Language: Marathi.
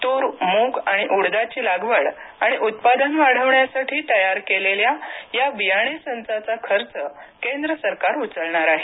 तूर मुग आणि उडदाची लागवड आणि उत्पादन वाढवण्यासाठी तयार केलेल्या या बियाणे संचाचा खर्च केंद्र सरकार उचलणार आहे